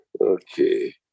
Okay